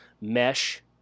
mesh